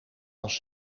was